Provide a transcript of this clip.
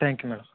thank you madam